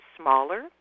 smaller